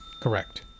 Correct